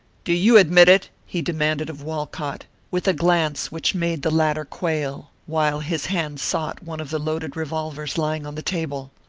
do you admit it? he demanded of walcott, with a glance which made the latter quail, while his hand sought one of the loaded revolvers lying on the table.